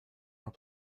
want